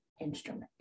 instrument